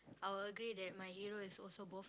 I will agree that my hero is also both